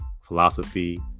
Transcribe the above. philosophy